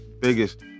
Biggest